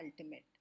ultimate